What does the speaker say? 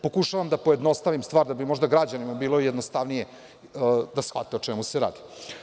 Pokušavam da pojednostavim stvar, da bi možda građanima bilo jednostavnije da shvate o čemu se radi.